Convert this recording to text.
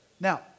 Now